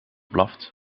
blaft